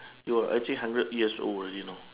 you are actually hundred years old already you know